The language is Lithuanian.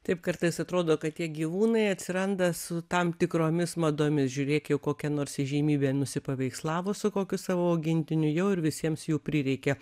taip kartais atrodo kad tie gyvūnai atsiranda su tam tikromis madomis žiūrėk jau kokia nors įžymybė nusipaveikslavo su kokiu savo augintiniu jau ir visiems jų prireikė